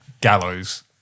Gallows